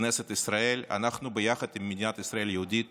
כנסת ישראל, אנחנו ביחד עם מדינת ישראל יהודית